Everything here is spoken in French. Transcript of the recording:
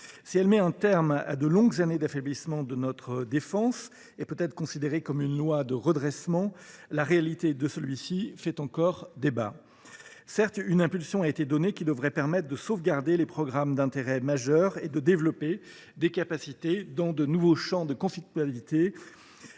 met certes un terme à de nombreuses années d’affaiblissement de notre défense et peut être considérée comme une loi de « redressement »; mais la réalité de ce dernier fait encore débat. À l’évidence, une impulsion a été donnée ; elle devrait permettre de sauvegarder les programmes d’intérêt majeur et de développer des capacités dans de nouveaux champs de conflictualité.